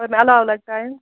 اگر مےٚ عَلاو لَگہِ ٹایِم